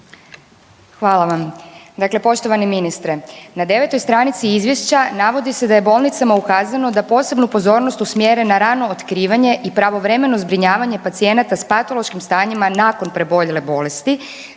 Hvala vam. Dakle, poštovani ministre. Na 9. stranici izvješća navodi se da je bolnicama ukazano da posebnu pozornost usmjere na rano otkrivanje i pravovremeno zbrinjavanje pacijenata sa patološkim stanjima nakon preboljele bolesti